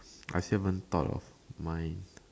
I still haven't thought of my